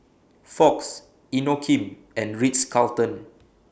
Fox Inokim and Ritz Carlton